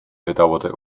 bedauerte